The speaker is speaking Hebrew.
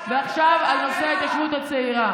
חבל שאת, ועכשיו, על נושא התיישבות הצעירה.